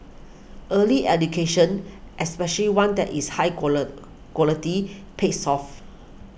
early education especially one that is high quality pays off